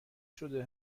شده